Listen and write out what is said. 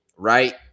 right